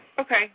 Okay